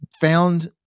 found